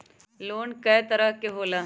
Loan कय तरह के होला?